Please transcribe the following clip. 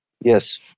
Yes